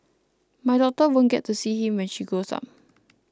my daughter won't get to see him when she grows up